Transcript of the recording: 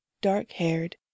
dark-haired